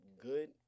good